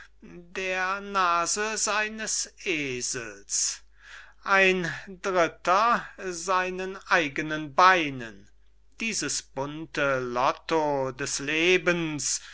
der nase seines esels ein dritter seinen eigenen beinen dieses bunte lotto des lebens